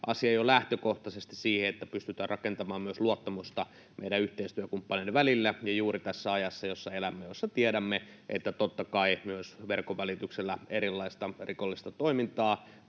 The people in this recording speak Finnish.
asia jo lähtökohtaisesti siinä, että pystytään rakentamaan myös luottamusta meidän yhteistyökumppaneiden välillä ja juuri tässä ajassa, jossa elämme ja jossa tiedämme, että totta kai myös verkon välityksellä erilaista rikollista toimintaa